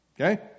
okay